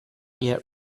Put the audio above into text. yet